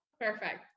Perfect